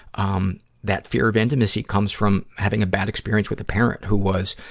um, that fear of intimacy comes from having a bad experience with a parent who was,